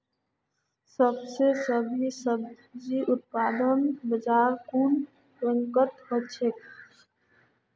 सबस बेसी सब्जिर उत्पादन भारटेर कुन राज्यत ह छेक